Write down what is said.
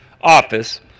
office